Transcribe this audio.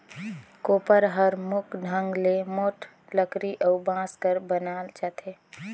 कोपर हर मुख ढंग ले मोट लकरी अउ बांस कर बनाल जाथे